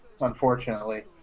unfortunately